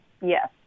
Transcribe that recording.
yes